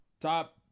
Top